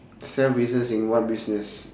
self business in what business